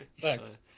Thanks